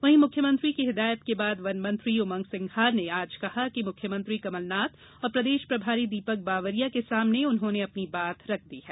वहीं मुख्यमंत्री की हिदायत के बाद वन मंत्री उमंग सिंघार ने आज कहा कि मुख्यमंत्री कमलनाथ और प्रदेश प्रभारी दीपक बावरिया के सामने उन्होंने अपनी बात रख दी है